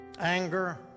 anger